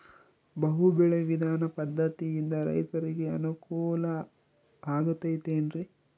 ಬಹು ಬೆಳೆ ವಿಧಾನ ಪದ್ಧತಿಯಿಂದ ರೈತರಿಗೆ ಅನುಕೂಲ ಆಗತೈತೇನ್ರಿ?